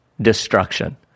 destruction